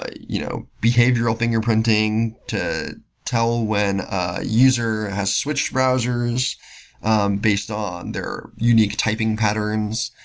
ah you know behavioral fingerprinting to tell when a user has switched browsers um based on their unique typing patterns.